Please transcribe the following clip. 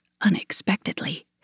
unexpectedly